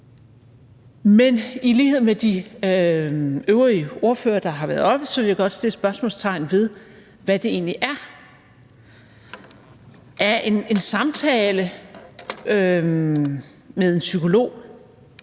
Men i lighed med de øvrige ordførere, der har været oppe, vil jeg godt sætte spørgsmålstegn ved, hvad det egentlig er. Er en samtale med en psykolog